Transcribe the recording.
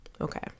okay